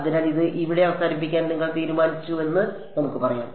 അതിനാൽ അത് ഇവിടെ അവസാനിപ്പിക്കാൻ നിങ്ങൾ തീരുമാനിച്ചുവെന്ന് നമുക്ക് പറയാം